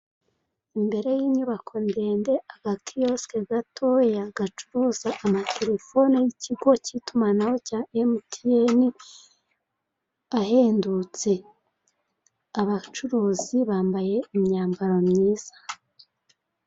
Imbere y'inyubako ndende agakiyosike gatoya gacuruza amatelefone y'ikigo cy'itumanaho cya MTN ahendutse, abacuruzi bambaye imyambaro myiza.